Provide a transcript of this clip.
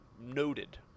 Noted